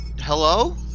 hello